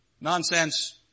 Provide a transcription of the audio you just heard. nonsense